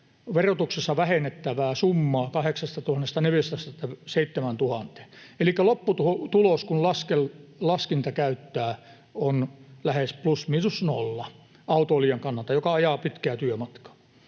verotuksessa vähennettävää summaa laskettiin 8 400:sta 7 000:een. Elikkä lopputulos, kun laskinta käyttää, on lähes plus miinus nolla autoilijan kannalta, joka ajaa pitkää työmatkaa.